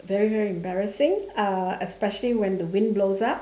very very embarrassing uh especially when the wind blows up